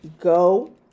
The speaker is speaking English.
Go